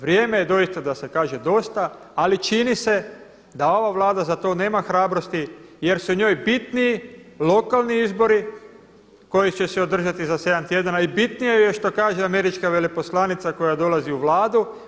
Vrijeme je doista da se kaže dosta, ali čini se da ova Vlada nema za to hrabrosti jer su njoj bitniji lokalni izbori koji će se održati za sedam tjedana i bitnije joj je što kaže američka veleposlanica koja dolazi u Vladu.